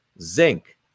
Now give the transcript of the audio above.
zinc